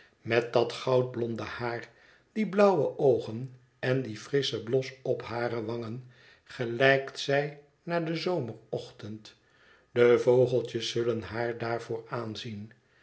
met dat goudblonde haar die blauwe oogen en dien frisschen blos op hare wangen gelijkt zij naar den zomerochtend de vogeltjes zullen haar daarvoor aanzien